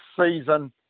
season